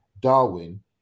Darwin